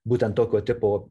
būtent tokio tipo